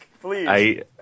please